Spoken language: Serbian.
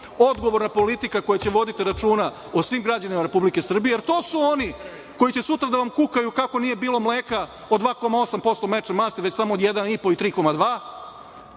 odgovorna politika koja će voditi računa o svim građanima Srbije, jer to su oni koji će sutra da vam kukaju kako nije bilo mleka od 2,8% mlečne masti, već samo od 1,5% ili 3,2%,